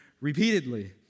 repeatedly